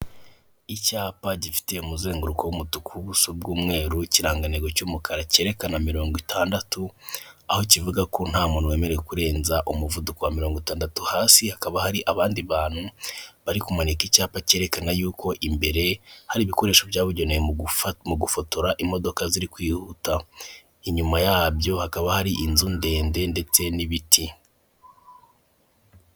Icyapa gifite umuzenguruko w'umutuku, ubuso bw'umweru, ikirangantego cy'umukara cyerekana mirongo itandatu, aho kivuga ko nta muntu wemerewe kurenza umuvuduko wa mirongo itandatu. Hasi hakaba hari abandi bantu, bari kumanika icyapa cyerekana yuko imbere, hari ibikoresho byabugenewe mu gufotora imodoka ziri kwihuta, inyuma yabyo hakaba hari inzu ndende ndetse n'ibiti.